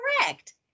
correct